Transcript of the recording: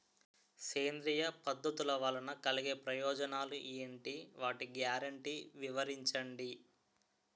సేంద్రీయ పద్ధతుల వలన కలిగే ప్రయోజనాలు ఎంటి? వాటి గ్యారంటీ వివరించండి?